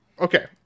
okay